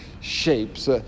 shapes